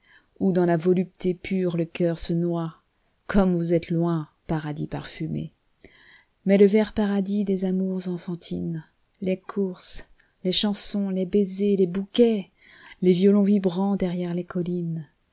où dans la volupté pure le cœur se noie comme vous êtes loin paradis parfumé mais le vert paradis des amours enfantines les courses les chansons les baisers les bouquets les violons vibrant derrière les collines